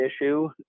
issue